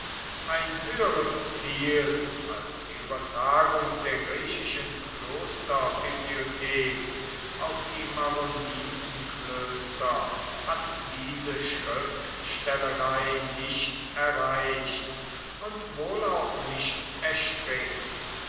ein höheres ziel als die übertragung der griechischen klosterbibliothek auf die maronitenklöster hat diese schriftstellerei nicht erreicht und wohl auch nicht erstrebt